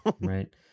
right